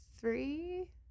three